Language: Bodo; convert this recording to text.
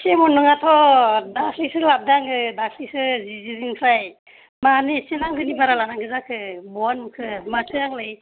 सेमोन नङाथ' दाख्लिसो लाबोदों आङो दाख्लिसो जिजिरिनिफ्राय मानो एसे नांगौनि बारा लानांगौ जाखो बहा नुखो माथो आंलाय